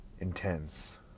intense